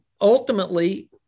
ultimately